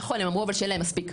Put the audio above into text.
נכון, הם אמרו שאין להם מספיק.